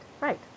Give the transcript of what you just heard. right